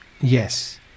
Yes